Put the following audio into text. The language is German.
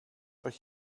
euch